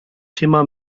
thema